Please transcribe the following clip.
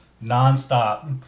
non-stop